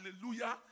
hallelujah